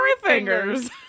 fingers